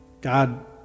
God